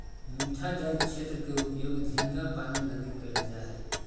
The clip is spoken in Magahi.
मीठा जल क्षेत्र के उपयोग झींगा पालन लगी कइल जा हइ